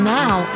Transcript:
now